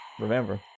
remember